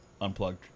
unplugged